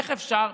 איך אפשר,